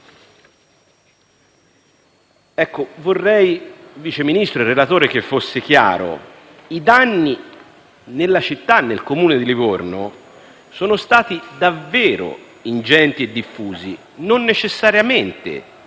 Vorrei, Vice Ministro, relatore, che fosse chiaro: i danni nella città, nel Comune di Livorno sono stati davvero ingenti e diffusi, anche se non necessariamente